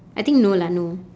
I think no lah no